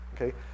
okay